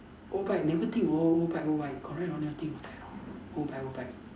oBike never think of oBike oBike correct hor never think at all oBike oBike